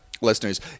Listeners